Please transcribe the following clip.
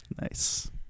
Nice